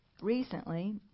recently